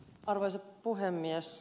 arvoisa puhemies